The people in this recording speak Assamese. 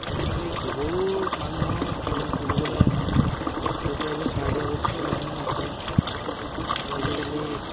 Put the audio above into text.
আজিকালি গোবৰো মানুহৰ কিনি কিনিবলৈ আহে কিয়নো আজিকালি সাৰ দিয়া বস্তুও মানুহে নেখায় আজিকালি